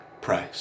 price